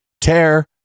Tear